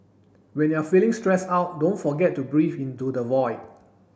when you are feeling stressed out don't forget to breathe into the void